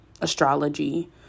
astrology